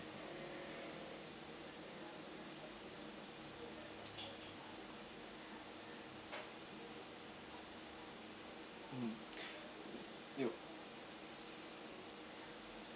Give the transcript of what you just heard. mm ya